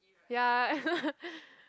ya